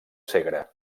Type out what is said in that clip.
segre